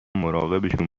مراقبشون